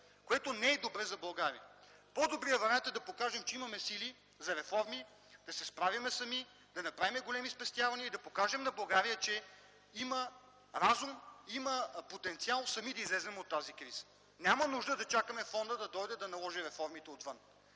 което не е добре за България. По-добрият вариант е да покажем, че имаме сили за реформи, да се справим сами, да направим големи спестявания и да покажем на България, че има разум, има потенциал сами да излезем от тази криза. Няма нужда да чакаме фондът да дойде да наложи реформите отвън.